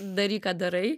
daryk ką darai